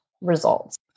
results